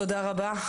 תודה.